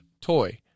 Toy